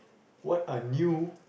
what are new